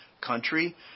country